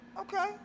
Okay